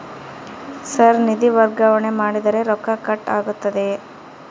Sir ನಿಧಿ ವರ್ಗಾವಣೆ ಮಾಡಿದರೆ ರೊಕ್ಕ ಕಟ್ ಆಗುತ್ತದೆಯೆ?